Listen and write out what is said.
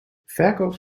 verkoper